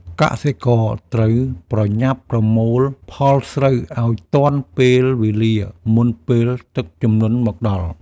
កសិករត្រូវប្រញាប់ប្រមូលផលស្រូវឱ្យទាន់ពេលវេលាមុនពេលទឹកជំនន់មកដល់។